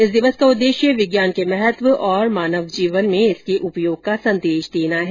इस दिवस का उद्देश्य विज्ञान के महत्व और मानव जीवन में इसके उपयोग का संदेश देना है